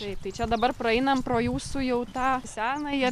tai čia dabar praeinam pro jūsų jau tą senąją